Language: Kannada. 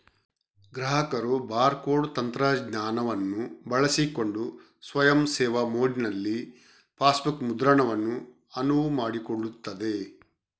ಗ್ರಾಹಕರು ಬಾರ್ ಕೋಡ್ ತಂತ್ರಜ್ಞಾನವನ್ನು ಬಳಸಿಕೊಂಡು ಸ್ವಯಂ ಸೇವಾ ಮೋಡಿನಲ್ಲಿ ಪಾಸ್ಬುಕ್ ಮುದ್ರಣವನ್ನು ಅನುವು ಮಾಡಿಕೊಡುತ್ತದೆ